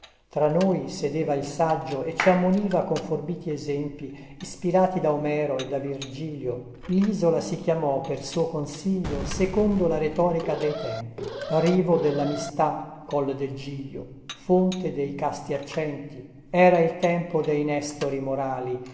tra noi sedeva il saggio e ci ammoniva con forbiti esempi ispirati da omero e da virgilio lisola si chiamò per suo consiglio secondo la retorica dei tempi rivo dellamistà colle del giglio fonte dei casti accenti era il tempo dei nestori morali